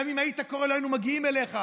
גם אם היית קורא לא היינו מגיעים אליך.